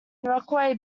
rockaway